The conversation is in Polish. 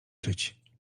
czyć